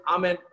Amen